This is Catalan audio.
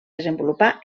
desenvolupa